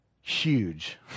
huge